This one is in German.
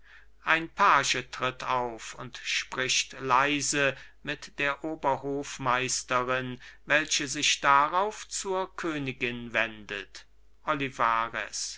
ein page tritt auf und spricht leise mit der oberhofmeisterin welche sich darauf zur königin wendet olivarez